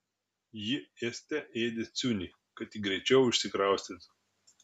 ji ėste ėdė ciunį kad tik greičiau išsikraustytų